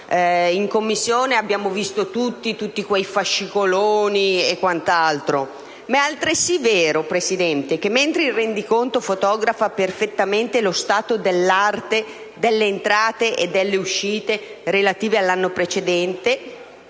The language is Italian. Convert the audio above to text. in Commissione quanti fascicoloni erano stai stampati! È altresì vero, Presidente, che, mentre il rendiconto fotografa perfettamente lo stato dell'arte delle entrate e delle uscite relative all'anno precedente,